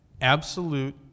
Absolute